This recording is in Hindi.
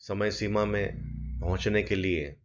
समय सीमा में पहुँचने के लिए